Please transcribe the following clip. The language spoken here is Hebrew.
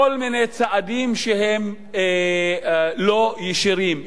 כל מיני צעדים שהם לא ישירים,